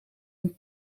een